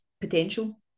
potential